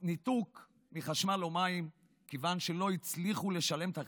ניתוק מחשמל או מים כיוון שלא הצליחו לשלם את החשבונות.